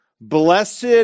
Blessed